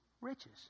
riches